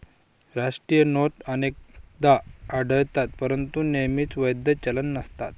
राष्ट्रीय नोट अनेकदा आढळतात परंतु नेहमीच वैध चलन नसतात